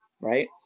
right